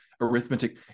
arithmetic